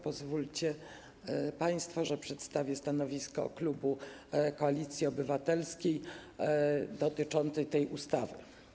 Pozwólcie państwo, że przedstawię stanowisko klubu Koalicji Obywatelskiej dotyczące tej ustawy.